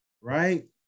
right